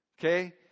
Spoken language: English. Okay